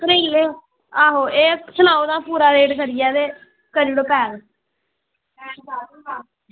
आहो एह् सनाई ओड़ो पूरा रेट करियै करी ओड़ो पैक